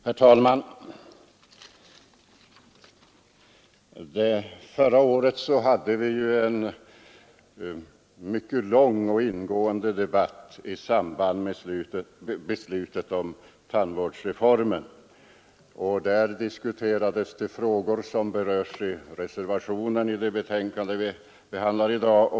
Herr talman! Förra året hade vi ju en mycket lång och ingående debatt i samband med beslutet om tandvårdsreformen, och där diskuterades de frågor som berörs i reservationen vid det betänkande vi nu behandlar.